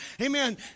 Amen